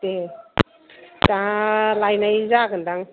दे दा लायनाय जागोन दां